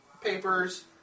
papers